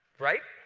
right?